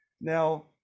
Now